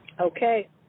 Okay